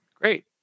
Great